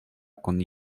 con